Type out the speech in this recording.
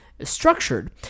structured